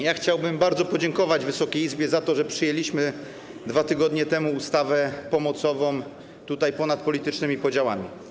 Ja chciałbym bardzo podziękować Wysokiej Izbie za to, że przyjęliśmy tutaj 2 tygodnie temu ustawę pomocową ponad politycznymi podziałami.